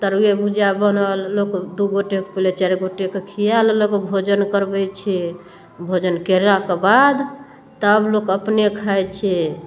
तरुये भुजिआ बनल लोक दू गो चारि गोटेके खिया लेलक भोजन करबै छै भोजन केलाके बाद तब लोक अपने खाइ छै